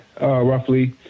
roughly